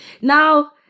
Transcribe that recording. now